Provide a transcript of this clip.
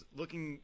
looking